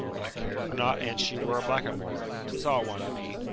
i care not an she were a blackamoor tis all one to me.